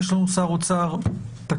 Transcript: יש לנו שר אוצר תקיף.